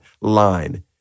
line